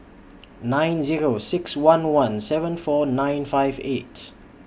nine Zero six one one seven four nine five eight